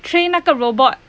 train 那个 robot